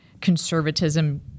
conservatism